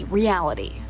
reality